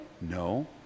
No